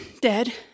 dead